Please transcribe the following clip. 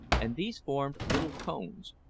and these formed little cones,